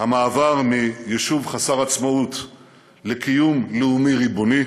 המעבר מיישוב חסר עצמאות לקיום לאומי ריבוני,